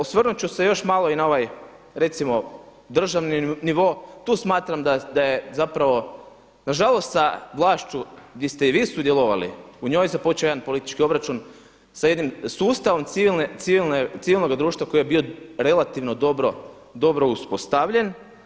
Osvrnut ću se još malo i na ovaj recimo državni nivo, tu smatram da je zapravo nažalost sa vlašću gdje ste i vi sudjelovali u njoj započeo jedan politički obračun sa jednim sustavom civilnog društva koji je bio relativno dobro uspostavljen.